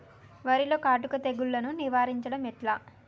వరిలో కాటుక తెగుళ్లను నివారించడం ఎట్లా?